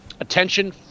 attention